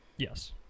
Yes